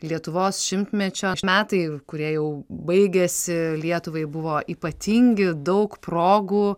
lietuvos šimtmečio metai kurie jau baigiasi lietuvai buvo ypatingi daug progų